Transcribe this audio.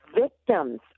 victim's